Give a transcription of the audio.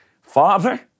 Father